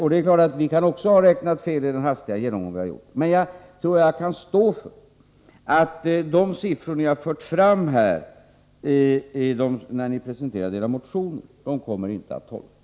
Naturligtvis kan också vi ha räknat fel vid de hastiga genomgångar vi har gjort. Men jag tror att jag kan stå för att de siffror ni har presenterat i era motioner inte kommer att hålla.